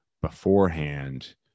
beforehand